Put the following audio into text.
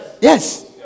yes